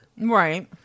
Right